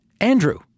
Andrew